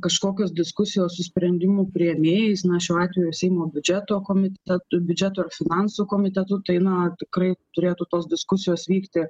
kažkokios diskusijos su sprendimų priėmėjais na šiuo atveju seimo biudžeto komitetu biudžeto ir finansų komitetu tai na tikrai turėtų tos diskusijos vykti